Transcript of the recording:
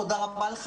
תודה רבה לך,